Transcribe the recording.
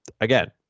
again